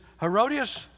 Herodias